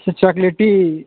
छः चॉकलेटी